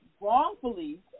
wrongfully